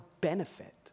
benefit